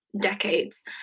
decades